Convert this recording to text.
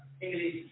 English